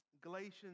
Galatians